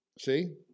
See